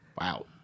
Wow